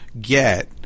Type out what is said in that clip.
get